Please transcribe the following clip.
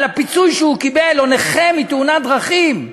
על הפיצוי שהוא קיבל, או נכה מתאונת דרכים,